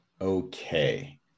okay